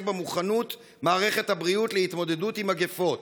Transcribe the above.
במוכנות מערכת הבריאות להתמודדות עם מגפות.